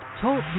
Talk